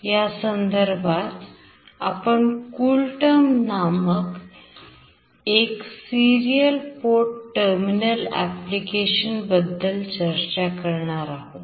यासंदर्भात आपण Coolterm नामक सिरीयल पोट टर्मिनल एप्लीकेशन बद्दल चर्चा करणार आहोत